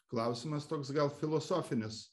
klausimas toks gal filosofinis